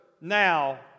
now